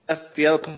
fbl